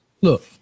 look